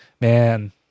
man